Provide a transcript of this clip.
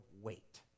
wait